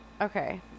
okay